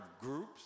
groups